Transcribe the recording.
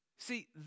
See